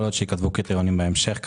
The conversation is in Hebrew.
יכול להיות שייקבעו קריטריונים בהמשך.